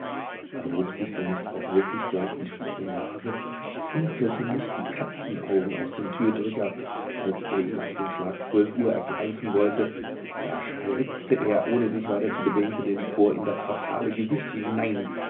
erhob sich denn nicht auch wirklich gleich die spitze nase funkelten nicht die katzenaugen aus dem türdrücker als er ihn auf den schlag zwölf uhr ergreifen wollte da spritzte er ohne sich weiter zu bedenken den liquor in das fatale gesicht hinein